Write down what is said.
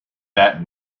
that